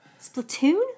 Splatoon